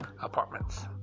Apartments